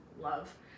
love